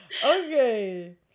okay